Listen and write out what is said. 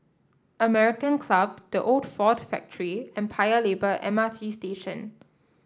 American Club The Old Ford Factory and Paya Lebar M R T Station